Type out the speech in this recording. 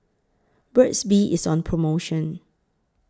Burt's Bee IS on promotion